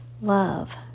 Love